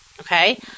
okay